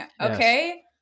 okay